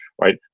right